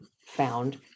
found